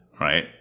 right